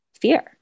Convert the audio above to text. fear